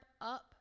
up